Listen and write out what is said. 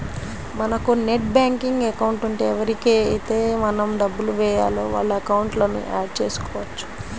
మనకు net banking account ఉంటే ఎవరికైతే మనం డబ్బులు వేయాలో వాళ్ళ అకౌంట్లను యాడ్ చేసుకోవచ్చు